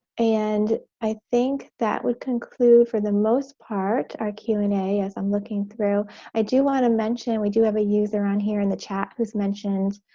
and i think that would conclude for the most part our q and a as i'm looking through i do want to mention we do have a user on here in the chat who's mentioned?